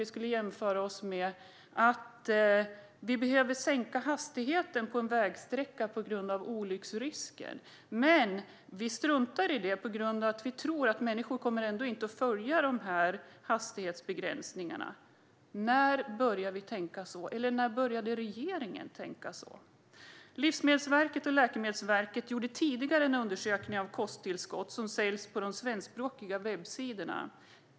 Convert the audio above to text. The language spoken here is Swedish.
Vi kan jämföra det med att vi behöver sänka hastigheten på en vägsträcka på grund av olycksrisken men struntar i det för att vi tror att människor ändå inte kommer att följa hastighetsbegränsningen. När började regeringen tänka så? Livsmedelsverket och Läkemedelsverket gjorde tidigare en undersökning av kosttillskott som säljs på de svenskspråkiga webbsidorna.